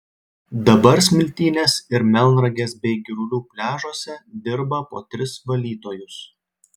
dabar smiltynės ir melnragės bei girulių pliažuose dirba po tris valytojus